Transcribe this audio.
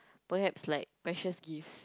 perhaps like precious gifts